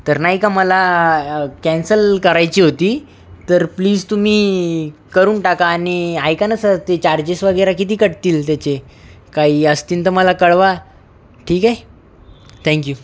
तर नाही का मला कॅन्सल करायची होती तर प्लीज तुम्ही करून टाका आणि ऐका ना सर ते चार्जेस वगैरे किती कटतील त्याचे काही असतील तर मला कळवा ठीक आहे थॅंक यू